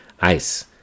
ice